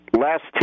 Last